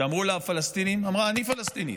כשאמרו לה "הפלסטינים" אמרה: "אני פלסטינית".